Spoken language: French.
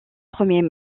premiers